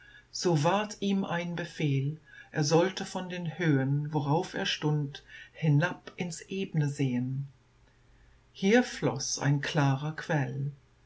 so ward ihm ein befehl er sollte von den höhen worauf er stund hinab ins ebne sehen hier floß ein klarer quell